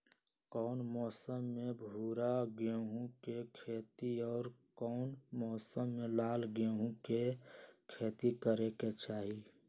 कौन मौसम में भूरा गेहूं के खेती और कौन मौसम मे लाल गेंहू के खेती करे के चाहि?